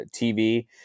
tv